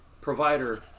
provider